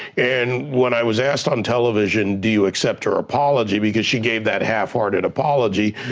and when i was asked on television, do you accept her apology, because she gave that half-hearted apology.